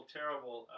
terrible